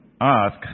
ask